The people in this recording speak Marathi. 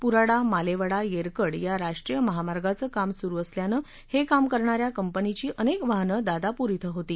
पुराडा मालेवाडा येरकड या राष्ट्रीय महामार्गाचं काम सुरु असल्यानं हे काम करणाऱ्या कंपनीची अनेक वाहनं दादापूर होती